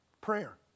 Prayer